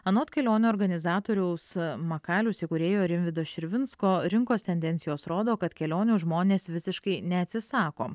anot kelionių organizatoriaus makalius įkūrėjo rimvydo širvinsko rinkos tendencijos rodo kad kelionių žmonės visiškai neatsisako